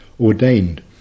ordained